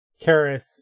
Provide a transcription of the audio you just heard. Karis